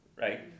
right